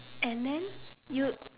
and then you